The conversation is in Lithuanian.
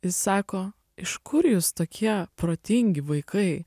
jis sako iš kur jūs tokie protingi vaikai